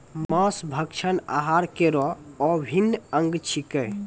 मांस भक्षण आहार केरो अभिन्न अंग छिकै